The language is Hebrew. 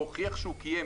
והוכיח שהוא קיים,